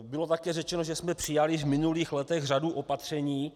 Bylo také řečeno, že jsme přijali již v minulých letech řadu opatření.